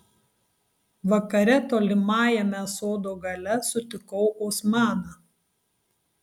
vakare tolimajame sodo gale sutikau osmaną